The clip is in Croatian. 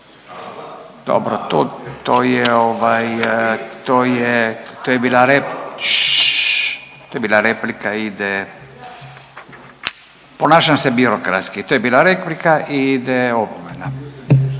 to je bila replika i ide opomena.